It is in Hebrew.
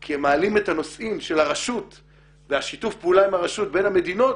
כי הם מעלים את הנושאים של הרשות והשיתוף פעולה עם הרשות בין המדינות